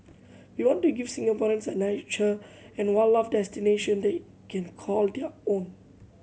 we want to give Singaporeans a nature and wildlife destination they can call their own